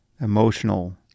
emotional